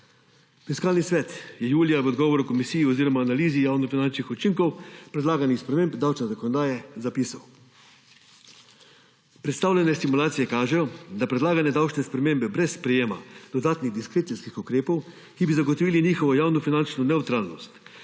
Fiskalni svet je julija v odgovoru Komisiji oziroma analizi javnofinančnih učinkov predlaganih sprememb davčne zakonodaje zapisal, da predstavljene simulacije kažejo, da predlagane davčne spremembe brez sprejema dodatnih diskrecijskih ukrepov, ki bi zagotovili njihovo javnofinančno nevtralnost,